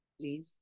please